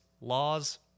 laws